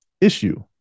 issue